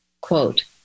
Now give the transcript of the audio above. quote